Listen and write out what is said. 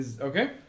Okay